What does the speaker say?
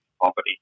property